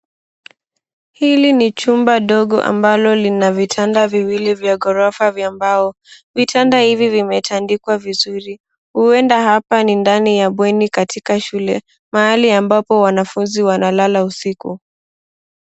Hili ni chumba dogo ambalo lina vitanda viwili vya ghorofa vya mbao. Vitanda hivi vimetandikwa vizuri. Huenda hapa ni ndani ya bweni katika shule mahali ambapo wanafunzi wanalala usiku.